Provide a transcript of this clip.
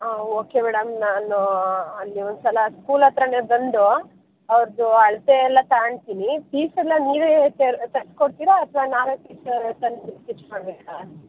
ಹಾಂ okay madam ನಾನು ಅಲ್ಲಿ ಒಂದು ಸಲ ಸ್ಕೂಲ್ ಹತ್ತಿರನೆ ಬಂದು ಅವ್ರದ್ದು ಅಳತೆಯೆಲ್ಲ ತಗಳ್ತೀನಿ ನಿ ಪೀಸೆಲ್ಲ ನೀವೇ ತರ್ಸಿ ಕೊಡ್ತಿರಾ ಅಥ್ವಾ ನಾವೇ ಪೀಸೆಲ್ಲ ತಂದು ಸ್ಟಿಚ್ ಮಾಡಬೇಕಾ